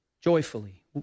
joyfully